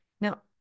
now